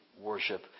worship